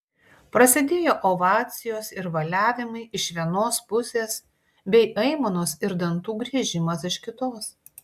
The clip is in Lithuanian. prasidėjo ovacijos ir valiavimai iš vienos pusės bei aimanos ir dantų griežimas iš kitos